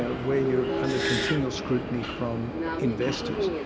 ah where you're under continual scrutiny from investors,